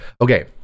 okay